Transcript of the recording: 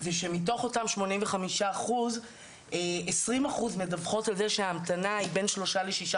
זה שמתוך אותם 85 אחוז 20 אחוז מדווחות על זה שההמתנה היא בין שלושה לשישה